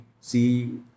see